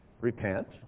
Repent